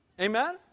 Amen